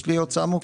יש לי הוצאה מוכרת,